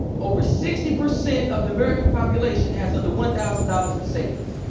over sixty percent of the american population has under one thousand dollars in savings.